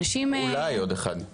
או אולי רק עוד אחד.